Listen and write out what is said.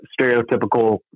stereotypical